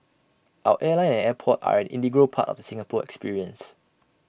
our airline and airport are an integral part of the Singapore experience